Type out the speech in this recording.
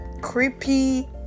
creepy